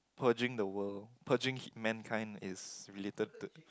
purging the world purging man kind if related